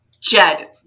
jed